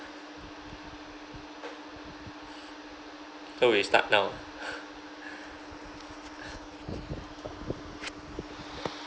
so we start now